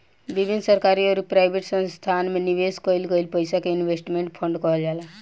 विभिन्न सरकारी अउरी प्राइवेट संस्थासन में निवेश कईल गईल पईसा के इन्वेस्टमेंट फंड कहल जाला